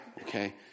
Okay